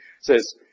says